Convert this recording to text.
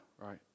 right